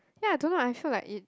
ya I don't know I feel like it